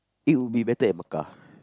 it will be better at Mecca